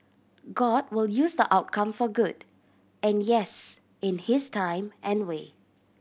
God will use the outcome for good and yes in his time and way